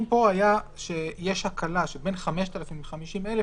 התיקון פה היה שיש הקלה שבין 5,000 ל-50 אלף,